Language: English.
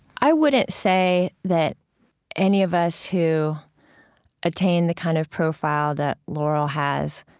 i wouldn't say that any of us who attain the kind of profile that laurel has